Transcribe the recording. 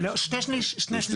שני שליש.